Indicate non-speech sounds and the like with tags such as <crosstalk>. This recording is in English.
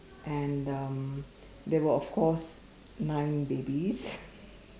and um there were of course nine babies <breath>